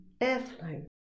airflow